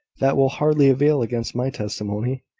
that will hardly avail against my testimony.